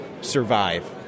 survive